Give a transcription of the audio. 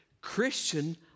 Christian